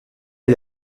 est